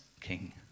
king